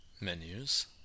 Menus